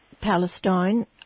Palestine